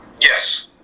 Yes